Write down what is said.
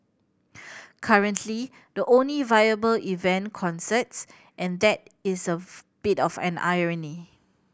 currently the only viable event concerts and that is a bit of an irony